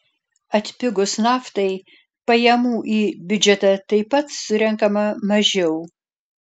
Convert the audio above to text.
atpigus naftai pajamų į biudžetą taip pat surenkama mažiau